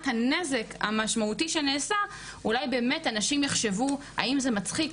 הנזק המשמעותי שנעשה אולי באמת אנשים יחשבו האם זה מצחיק,